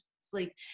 sleep